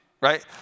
right